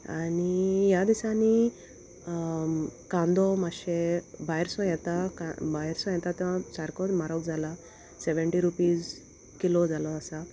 आनी ह्या दिसांनी कांदो मातशें भायर सो येता भायर सो येता तो सारकोत म्हारग जाला सेव्हंटी रुपीज किलो जालो आसा